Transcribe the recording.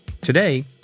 Today